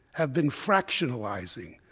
have been fractionalizing,